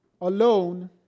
alone